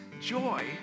joy